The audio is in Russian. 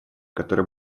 которые